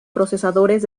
procesadores